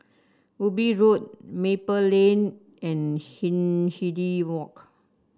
Ubi Road Maple Lane and Hindhede Walk